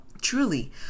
Truly